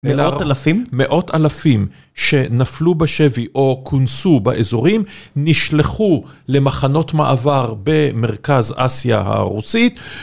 מאות אלפים? מאות אלפים שנפלו בשבי או כונסו באזורים נשלחו למחנות מעבר במרכז אסיה הרוסית.